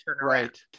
right